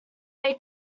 they